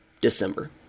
December